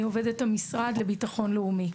אני עובדת המשרד לביטחון לאומי.